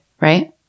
right